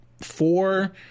four